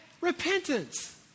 Repentance